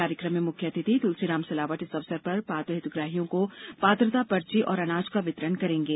कार्यक्रम के मुख्य अतिथि तुलसीराम सिलावट इस अवसर पर पात्र हितग्राहियों को पात्रता पर्ची और अनाज का वितरण करेंगे